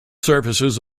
surfaces